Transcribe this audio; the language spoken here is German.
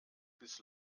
bis